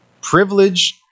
privilege